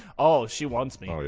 oh, she wants me.